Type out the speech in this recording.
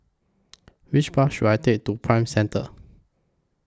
Which Bus should I Take to Prime Centre